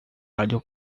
alho